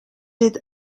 est